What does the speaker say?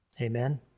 Amen